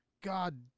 God